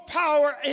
power